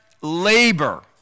labor